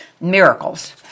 miracles